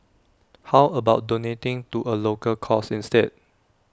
how about donating to A local cause instead